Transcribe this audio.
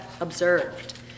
observed